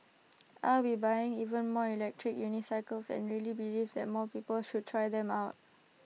I will be buying even more electric unicycles and really believe that more people should try them out